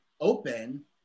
open